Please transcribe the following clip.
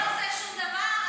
הצבא לא עושה שום דבר,